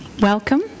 Welcome